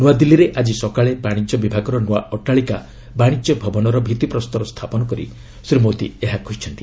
ନ୍ତଆଦିଲ୍ଲୀରେ ଆଜି ସକାଳେ ବାଣିଜ୍ୟ ବିଭାଗର ନ୍ତଆ ଅଟ୍ଟାଳିକା ବାଶିଜ୍ୟ ଭବନର ଭିଭିପ୍ରସ୍ତର ସ୍ଥାପନ କରି ଶ୍ରୀ ମୋଦି ଏହା କହିଛନ୍ତି